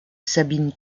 sabine